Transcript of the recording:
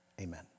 amen